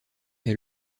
est